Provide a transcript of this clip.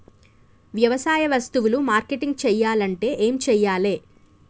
వ్యవసాయ వస్తువులు మార్కెటింగ్ చెయ్యాలంటే ఏం చెయ్యాలే?